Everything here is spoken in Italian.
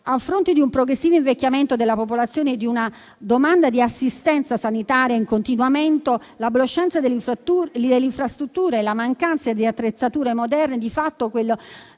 A fronte di un progressivo invecchiamento della popolazione e di una domanda di assistenza sanitaria in continuo aumento, dell'obsolescenza delle infrastrutture e della mancanza di attrezzature moderne, di fatto quello